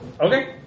Okay